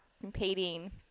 competing